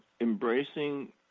embracing